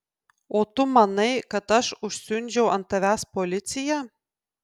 o tu manai kad aš užsiundžiau ant tavęs policiją